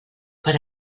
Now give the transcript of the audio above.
per